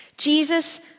Jesus